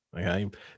Okay